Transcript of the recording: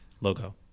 logo